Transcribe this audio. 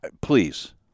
Please